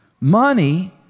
Money